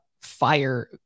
fire